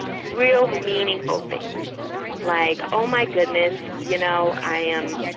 real meaningful things like oh my goodness, you know, i um